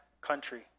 country